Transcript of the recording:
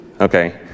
Okay